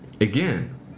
Again